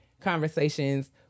conversations